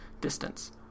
distance